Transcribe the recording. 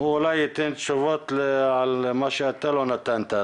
אולי ייתן תשובות על מה שאתה לא נתת.